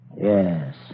Yes